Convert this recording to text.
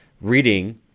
reading